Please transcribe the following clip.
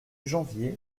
janvier